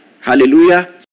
Hallelujah